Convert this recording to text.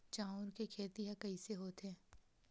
चांउर के खेती ह कइसे होथे?